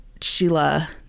Sheila